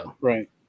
Right